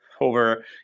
over